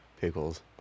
pickles